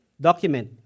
document